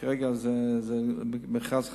כרגע זה מכרז חדש.